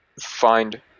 find